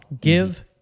Give